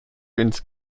ins